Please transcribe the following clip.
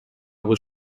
was